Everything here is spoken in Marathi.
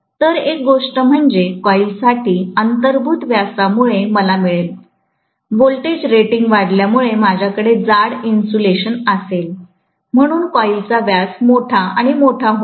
तर एक गोष्ट म्हणजे कॉइलसाठी अंतर्भूत व्यासामुळे मला मिळेल व्होल्टेज रेटिंग वाढल्यामुळे माझ्याकडे जाड इन्सुलेशन असेल म्हणून कॉईलचा व्यास मोठा आणि मोठा होईल